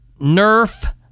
Nerf